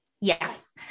Yes